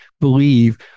believe